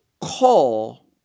call